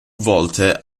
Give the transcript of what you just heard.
volte